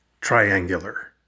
triangular